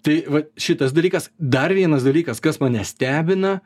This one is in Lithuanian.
tai va šitas dalykas dar vienas dalykas kas mane stebina